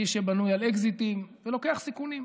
איש שבנוי על אקזיטים ולוקח סיכונים.